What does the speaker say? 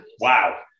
Wow